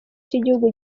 cy’igihugu